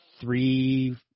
three